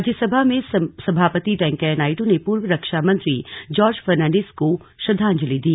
राज्यसभा में सभापति वेंकैया नायडू ने पूर्व रक्षा मंत्री जॉर्ज फर्नांडिस को श्रद्वांजलि दी